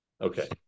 Okay